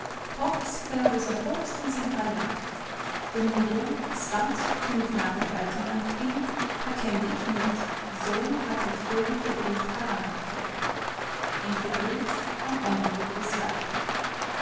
toch scheel den ze hoogstens een paar jaar de moeder zwart toen ik naar het buitenland ging herkende ik niet z had het vele verdriet haar aangegrepen een verdriet om onder te bezwijken